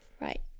right